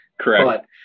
Correct